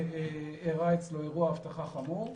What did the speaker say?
שאירע אצלו אירוע אבטחה חמור,